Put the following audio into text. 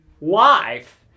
life